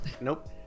Nope